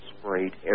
sprayed